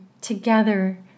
together